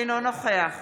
אינו נוכח